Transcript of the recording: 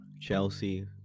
Chelsea